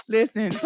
Listen